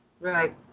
Right